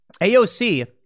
AOC